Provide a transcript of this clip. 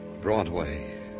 Broadway